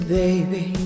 baby